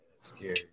scary